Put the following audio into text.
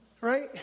right